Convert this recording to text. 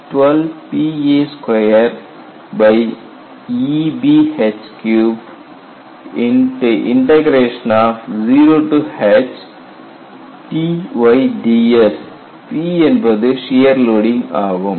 P என்பது shear loading ஆகும்